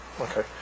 Okay